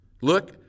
Look